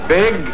big